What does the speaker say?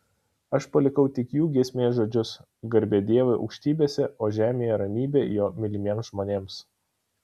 aš palikau tik jų giesmės žodžius garbė dievui aukštybėse o žemėje ramybė jo mylimiems žmonėms